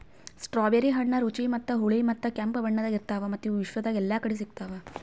strawberry ಹಣ್ಣ ರುಚಿ ಮತ್ತ ಹುಳಿ ಮತ್ತ ಕೆಂಪು ಬಣ್ಣದಾಗ್ ಇರ್ತಾವ್ ಮತ್ತ ಇವು ವಿಶ್ವದಾಗ್ ಎಲ್ಲಾ ಕಡಿ ಸಿಗ್ತಾವ್